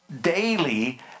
daily